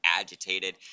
agitated